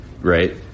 Right